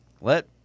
let